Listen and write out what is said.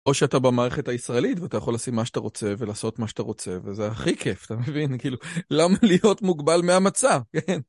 או שאתה במערכת הישראלית ואתה יכול לשים מה שאתה רוצה ולעשות מה שאתה רוצה וזה הכי כיף אתה מבין כאילו למה להיות מוגבל מהמצב.